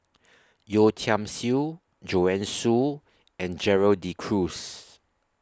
Yeo Tiam Siew Joanne Soo and Gerald De Cruz